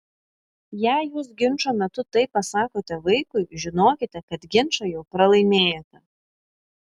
jei jūs ginčo metu taip pasakote vaikui žinokite kad ginčą jau pralaimėjote